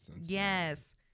yes